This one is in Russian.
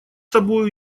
тобою